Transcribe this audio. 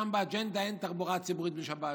שם באג'נדה אין תחבורה ציבורית בשבת,